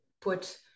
put